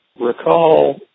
Recall